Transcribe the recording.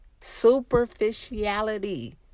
Superficiality